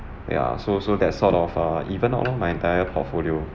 ya so so that sort of err even out lor my entire portfolio